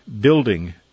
building